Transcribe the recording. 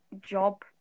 job